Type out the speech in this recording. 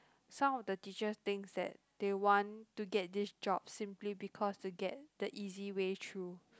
some of the teachers thinks that they want to get this job simply because to get the easy way through